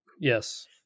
Yes